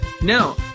no